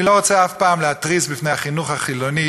אני לא רוצה אף פעם להתריס בפני החינוך החילוני,